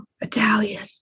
Italian